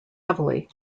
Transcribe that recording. heavily